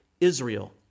Israel